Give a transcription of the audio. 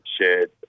shared